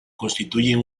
constituyen